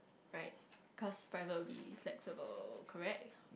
right cause probably flexible correct